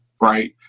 right